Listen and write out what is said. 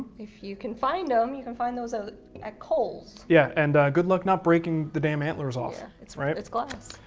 if you can find them. you can find those ah at kohl's. yeah, and good luck not breaking the damn antlers off, right? it's glass.